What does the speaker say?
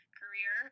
career